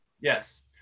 Yes